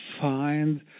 find